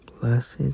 Blessed